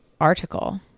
article